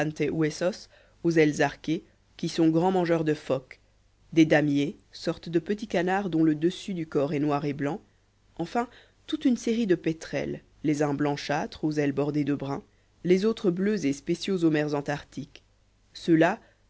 aux ailes arquées qui sont grands mangeurs de phoques des damiers sortes de petits canards dont le dessus du corps est noir et blanc enfin toute une série de pétrels les uns blanchâtres aux ailes bordées de brun les autres bleus et spéciaux aux mers antarctiques